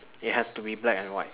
it has to be black and white